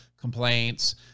complaints